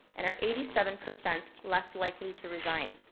and are eighty seven percent less likely to resign.